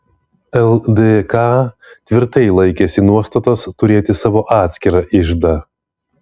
ldk tvirtai laikėsi nuostatos turėti savo atskirą iždą